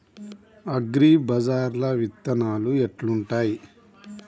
అగ్రిబజార్ల విత్తనాలు ఎట్లుంటయ్?